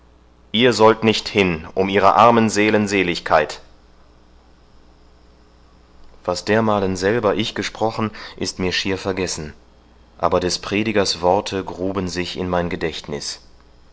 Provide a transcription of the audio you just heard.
ihr sollt nicht hin um ihrer armen seelen seligkeit was dermalen selber ich gesprochen ist mir schier vergessen aber des predigers worte gruben sich in mein gedächtniß